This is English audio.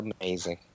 amazing